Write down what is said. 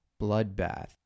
Bloodbath